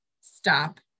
stop